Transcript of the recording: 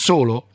Solo